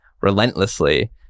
relentlessly